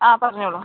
ആ പറഞ്ഞോളൂ